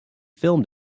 filmed